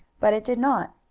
but it did not.